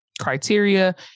criteria